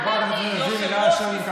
חברי הכנסת.